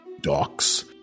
docks